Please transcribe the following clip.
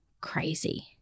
crazy